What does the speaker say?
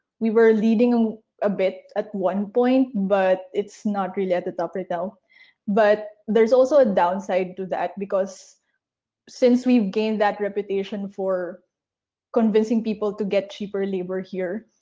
we were leading a bit at one point but it's not really at the top right now but there's also a downside to that because since we've gained that reputation for convincing people to get cheaper labor here,